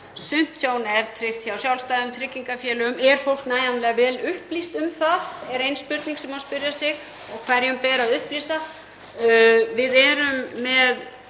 er tryggt hjá sjálfstæðum tryggingafélögum. Er fólk nægjanlega vel upplýst um það? er ein spurning sem má spyrja sig og þá hverjum beri að upplýsa. Við erum með